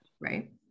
Right